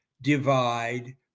divide